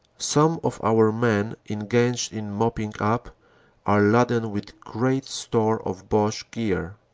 some of our men engaged in mopping-up are laden with great store of bache gear.